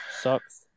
Sucks